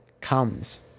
comes